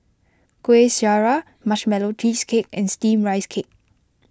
Kuih Syara Marshmallow Cheesecake and Steamed Rice Cake